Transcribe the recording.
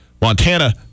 Montana